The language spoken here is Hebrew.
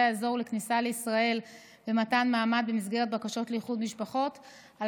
האזור לכניסה לישראל ומתן מעמד במסגרת בקשות לאיחוד משפחות על